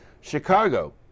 chicago